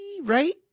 right